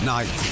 Night